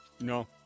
No